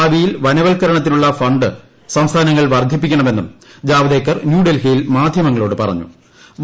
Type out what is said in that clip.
ഭാവിയിൽ വനവൽക്കരണത്തിനുള്ള ഫണ്ട് സംസ്ഥാനങ്ങൾ വർദ്ധിപ്പിക്കണമെന്നും ജാവദേക്കർ ന്യൂഡൽഹിയിൽ മാധ്യമങ്ങളോട് പറഞ്ഞു്